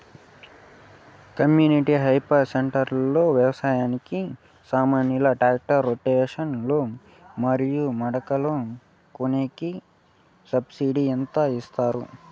community hire centre లో వ్యవసాయానికి సామాన్లు ట్రాక్టర్లు రోటివేటర్ లు మరియు మడకలు కొనేకి సబ్సిడి ఎంత ఇస్తారు